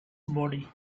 body